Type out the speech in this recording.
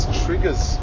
triggers